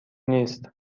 نیست